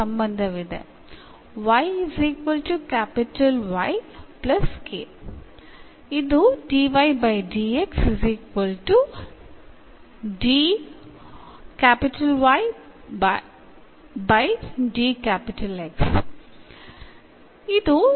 ഈ സമവാക്യത്തിൽ എന്ന കോൺസ്റ്റന്റ് ഉള്ളതിനാൽ നിലവിൽ ഇത് ഹോമോജീനിയസ് അല്ല